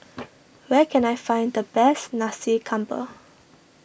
where can I find the best Nasi Campur